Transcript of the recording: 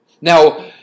Now